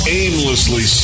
aimlessly